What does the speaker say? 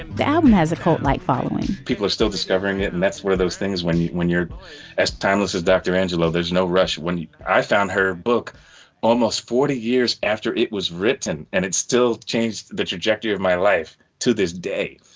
and the album has a cult like following people are still discovering it. and that's one of those things. when you when you're as timeless as dr. angelo, there's no rush. when i found her book almost forty years after it was written, and it's still changed the trajectory of my life to this day.